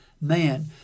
man